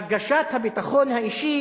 הרגשת הביטחון האישי